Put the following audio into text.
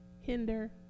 hinder